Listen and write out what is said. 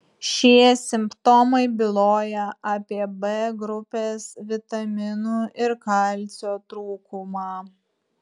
šie simptomai byloja apie b grupės vitaminų ir kalcio trūkumą